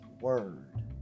word